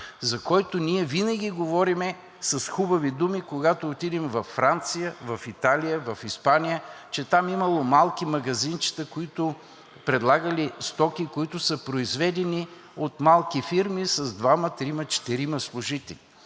за който винаги говорим с хубави думи, когато отидем във Франция, в Италия, в Испания, че там имало малки магазинчета, които предлагали стоки, които са произведени от малки фирми с двама, трима, четирима служители.